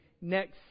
next